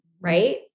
right